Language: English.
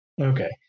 Okay